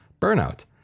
burnout